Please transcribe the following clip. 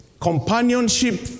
Companionship